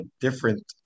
different